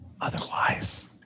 Otherwise